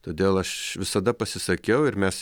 todėl aš visada pasisakiau ir mes